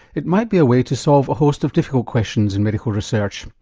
it might be a way to solve a host of difficult questions in medical research.